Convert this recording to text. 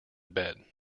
bed